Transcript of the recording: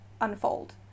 unfold